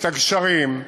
את הגשרים,